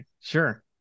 sure